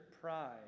pride